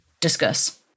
discuss